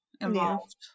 involved